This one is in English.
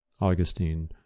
Augustine